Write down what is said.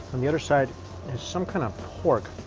on the other side is some kind of pork